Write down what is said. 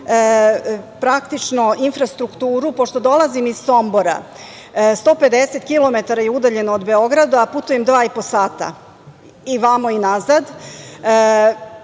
praktično infrastrukturu. Pošto dolazim iz Sombora, 150 kilometara je udaljen od Beograda, putujem dva i po sata i ovamo i nazad,